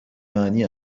معنی